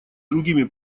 другими